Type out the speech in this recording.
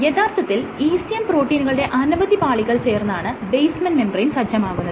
യഥാർത്ഥത്തിൽ ECM പ്രോട്ടീനുകളുടെ അനവധി പാളികൾ ചേർന്നാണ് ബേസ്മെൻറ് മെംബ്രേയ്ൻ സജ്ജമാകുന്നത്